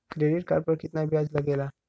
Credit card पर कितना ब्याज लगेला?